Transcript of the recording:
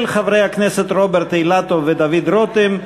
של חברי הכנסת רוברט אילטוב ודוד רותם,